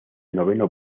noveno